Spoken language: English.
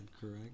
correct